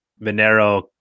Monero